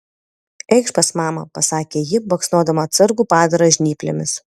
eikš pas mamą pasakė ji baksnodama atsargų padarą žnyplėmis